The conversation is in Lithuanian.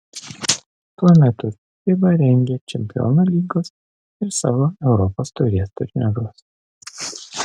tuo metu fiba rengia čempionų lygos ir savo europos taurės turnyrus